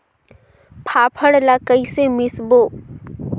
फाफण ला कइसे मिसबो?